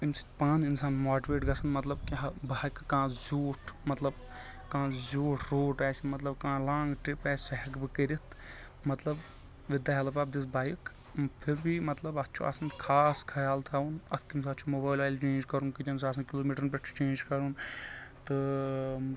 امہِ سۭتۍ پانہٕ اِنسان ماٹِویٹ گژھان مطلب بہٕ ہیکہٕ کانٛہہ زیوٗٹھ مطلب کانٛہہ زیوٗٹھ روٗٹ آسہِ مطلب کانٛہہ لانگ ٹرپ آسہِ سُہ ہیٚکہٕ بہٕ کٔرِتھ مطلب with the help of this bike پھر بھی مطلب اَتھ چھُ آسان خاص خیال تھاوُن اتھ کَمہِ ساتہٕ چھُ موبایل اویل چینج کرُن کۭتین ساسَن کلوٗمیٹرَن پٮ۪ٹھ چھُ چینج کرُن تہٕ